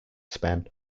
span